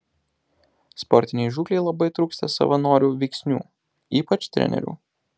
sportinei žūklei labai trūksta savanorių veiksnių ypač trenerių